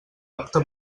apte